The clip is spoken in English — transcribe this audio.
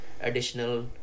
additional